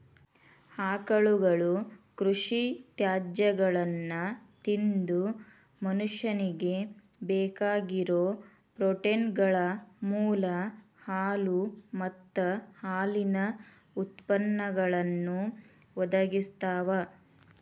ಆಕಳುಗಳು ಕೃಷಿ ತ್ಯಾಜ್ಯಗಳನ್ನ ತಿಂದು ಮನುಷ್ಯನಿಗೆ ಬೇಕಾಗಿರೋ ಪ್ರೋಟೇನ್ಗಳ ಮೂಲ ಹಾಲು ಮತ್ತ ಹಾಲಿನ ಉತ್ಪನ್ನಗಳನ್ನು ಒದಗಿಸ್ತಾವ